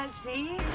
and see?